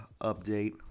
update